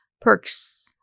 perks –